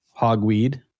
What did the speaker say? Hogweed